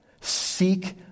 seek